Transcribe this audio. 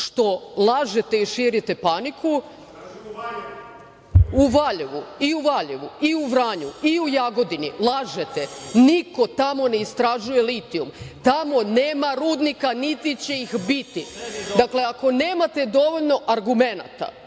što lažete i širite paniku, i u Valjevu i u Vranju i u Jagodini, lažete, niko tamo ne istražuje litijum. Tamo nema rudnika, niti će ih biti. Dakle, ako nemate dovoljno argumenata